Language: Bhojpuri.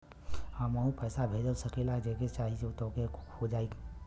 हमहू पैसा भेज सकीला जेके चाही तोके ई हो जाई?